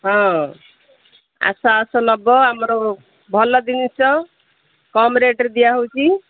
ହଁ ଆସ ଆସ ନେବ ଆମର ଭଲ ଜିନିଷ କମ୍ ରେଟ୍ରେ ଦିଆହେଉଛି